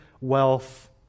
wealth